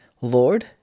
lord